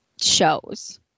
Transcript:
shows